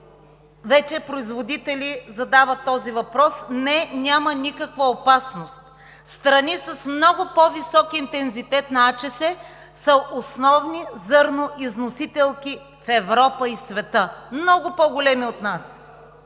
вече производители задават този въпрос. Не, няма никаква опасност. Страни с много по-висок интензитет на африканска чума по свинете са основни зърноизносителки в Европа и света – много по-големи от нас.